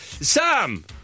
Sam